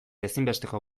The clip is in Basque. ezinbesteko